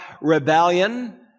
Rebellion